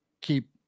keep